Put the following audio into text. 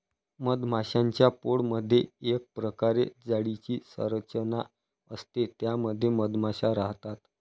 मधमाश्यांच्या पोळमधे एक प्रकारे जाळीची संरचना असते त्या मध्ये मधमाशा राहतात